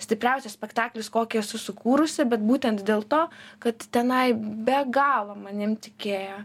stipriausias spektaklis kokį esu sukūrusi bet būtent dėl to kad tenai be galo manim tikėjo